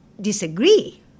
disagree